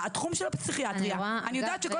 התחום של הפסיכיאטריה ואני יודעת שכל